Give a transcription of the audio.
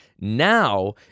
now